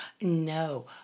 No